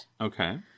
Okay